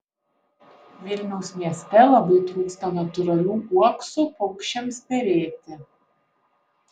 vilniaus mieste labai trūksta natūralių uoksų paukščiams perėti